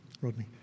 rodney